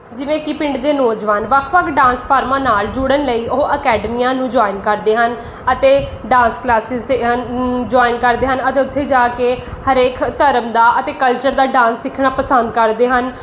ਜਿਵੇਂ ਕਿ ਪਿੰਡ ਦੇ ਨੌਜਵਾਨ ਵੱਖ ਵੱਖ ਡਾਂਸ ਫਾਰਮਾਂ ਨਾਲ ਜੁੜਨ ਲਈ ਉਹ ਅਕੈਡਮੀਆਂ ਨੂੰ ਜੁਆਇਨ ਕਰਦੇ ਹਨ ਅਤੇ ਡਾਂਸ ਕਲਾਸਿਸ ਜੁਆਇਨ ਕਰਦੇ ਹਨ ਅਤੇ ਉੱਥੇ ਜਾ ਕੇ ਹਰੇਕ ਧਰਮ ਦਾ ਅਤੇ ਕਲਚਰ ਦਾ ਡਾਂਸ ਸਿੱਖਣਾ ਪਸੰਦ ਕਰਦੇ ਹਨ